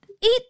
eat